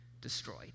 destroyed